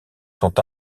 sont